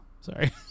sorry